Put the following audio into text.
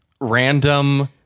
random